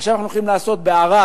עכשיו אנחנו הולכים לעשות בערד